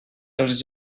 els